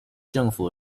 政府